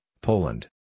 Poland